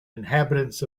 inhabitants